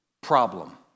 problem